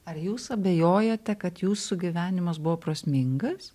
ar jūs abejojate kad jūsų gyvenimas buvo prasmingas